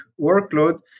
workload